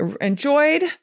enjoyed